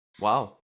Wow